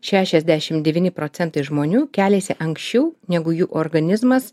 šešiasdešimt devyni procentai žmonių keliasi anksčiau negu jų organizmas